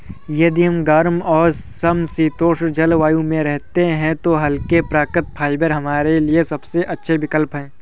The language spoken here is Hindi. यदि हम गर्म और समशीतोष्ण जलवायु में रहते हैं तो हल्के, प्राकृतिक फाइबर हमारे लिए सबसे अच्छे विकल्प हैं